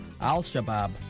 al-Shabaab